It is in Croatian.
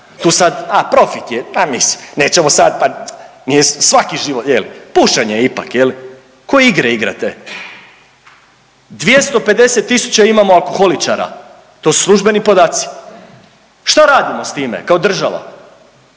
Tu sad a profit je, pa mislim nećemo sad, pa nije svaki život, pušenje je ipak jel'. Koje igre igrate? 250000 imamo alkoholičara, to su službeni podaci. Šta radimo sa time kao država?